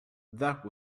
that